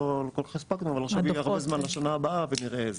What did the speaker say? לא כל כך הספקנו אבל עכשיו יהיה הרבה זמן לשנה הבאה ונראה איזה.